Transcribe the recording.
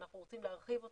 אנחנו רוצים להרחיב אותם,